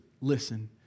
listen